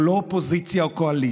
זו לא אופוזיציה או קואליציה.